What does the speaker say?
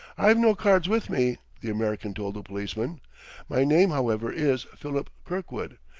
i've no cards with me, the american told the policeman my name, however, is philip kirkwood,